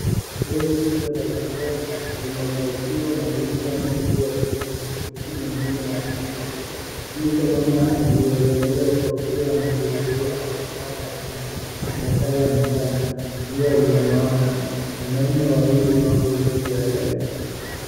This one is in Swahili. Lori kubwa ya kijani limepakiwa magunia mengi ya vitunguu huku mengine yameshushwa. Yupo mama aliyevalia kofia ta mviringo amesimama chini masaa ya mchana. Jua limewaka. Wanaume wawili wapo juu ya gari.